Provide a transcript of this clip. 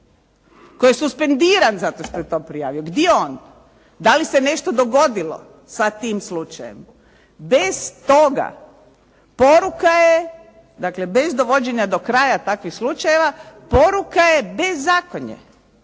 koji je suspendiran zato što je to prijavio? Gdje je on? Da li se nešto dogodilo sa tim slučajem? Bez toga, poruka je dakle bez dovođenja do kraja takvih slučajeva, poruka je bezakonje.